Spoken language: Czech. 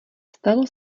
stalo